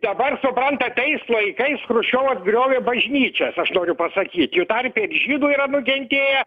dabar suprantat tais laikais chruščiovas griovė bažnyčias aš noriu pasakyt jų tarpe ir žydų yra nukentėję